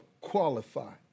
qualify